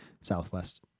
Southwest